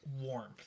warmth